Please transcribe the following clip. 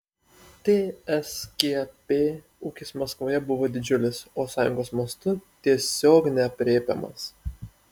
tskp ūkis maskvoje buvo didžiulis o sąjungos mastu tiesiog neaprėpiamas